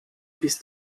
bis